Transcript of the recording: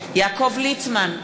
ליצמן,